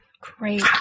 Great